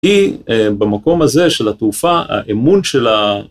היא במקום הזה של התעופה, האמון של ה...